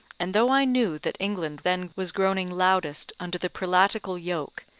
and though i knew that england then was groaning loudest under the prelatical yoke,